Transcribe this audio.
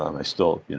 um i still.